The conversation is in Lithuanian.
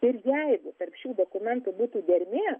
ir jeigu tarp šių dokumentų būtų dermė